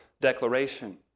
declaration